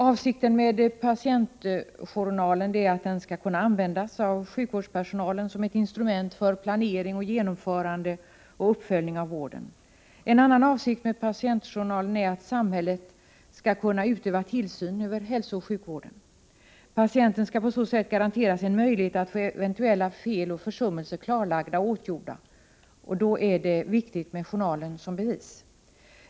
Avsikten med patientjournalen är att den skall kunna användas av sjukvårdspersonalen som ett instrument för planering, genomförande och uppföljning av vården. En annan avsikt med patientjournalen är att samhället skäll kunna utöva tillsyn över hälsooch sjukvården. Patienten skall på så sätt garanteras en möjlighet att få eventuella fel och försummelser klarlagda och åtgärdade. Då är det viktigt med journalen som bevis.